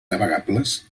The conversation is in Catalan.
navegables